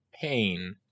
pain